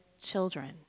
children